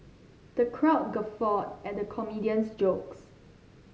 the crowd guffawed at the comedian's jokes